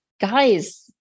guys